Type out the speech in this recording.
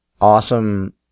awesome